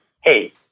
hey